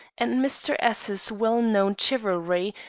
and mr. s s well-known chivalry,